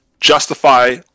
justify